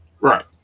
Right